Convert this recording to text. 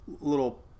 little